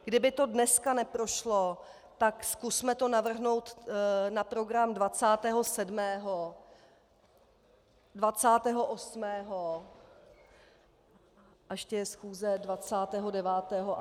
Kdyby to dneska neprošlo, tak zkusme to navrhnout na program dvacátého sedmého, dvacátého osmého, a ještě je schůze dvacátého devátého